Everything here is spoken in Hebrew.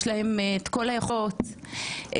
יש להם את כל היכולת בעולם